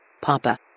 Papa